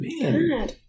Man